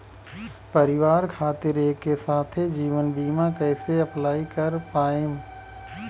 परिवार खातिर एके साथे जीवन बीमा कैसे अप्लाई कर पाएम?